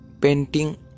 painting